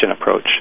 approach